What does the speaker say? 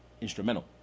instrumental